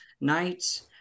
nights